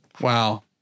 Wow